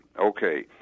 Okay